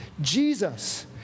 Jesus